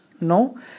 No